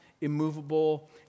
immovable